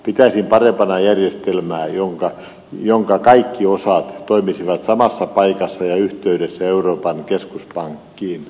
pitäisin parempana järjestelmää jonka kaikki osat toimisivat samassa paikassa ja yhteydessä euroopan keskuspankkiin